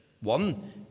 one